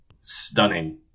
stunning